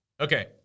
Okay